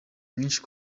mwinshi